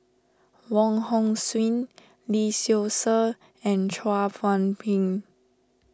Wong Hong Suen Lee Seow Ser and Chua Phung Kim